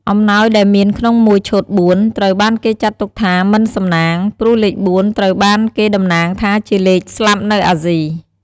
អំណោយដែលមានក្នុងមួយឈុតបួនត្រូវបានគេចាត់ទុកថាមិនសំណាងព្រោះលេខបួនត្រូវបានគេតំណាងថាជាលេងស្លាប់នៅអាស៊ី។